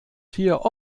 hier